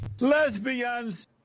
Lesbians